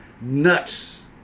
nuts